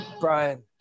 Brian